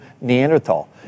Neanderthal